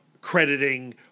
crediting